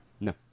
No